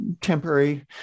temporary